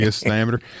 diameter